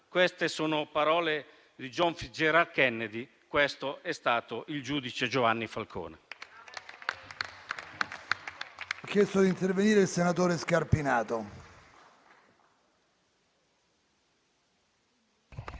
Queste sono parole di John Fitzgerald Kennedy, questo è stato il giudice Giovanni Falcone.